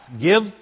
Give